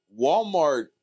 Walmart